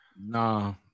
No